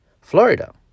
Florida